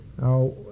Now